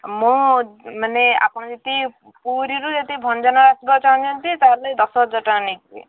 ମୋ ମାନେ ଆପଣ ଯଦି ପୁରୀରୁ ଯଦି ଭଞ୍ଜନଗର ଆସିବାକୁ ଚାହୁଁଛନ୍ତି ତାହାଲେ ଦଶହଜାର ଟଙ୍କା ନେଇଯିବେ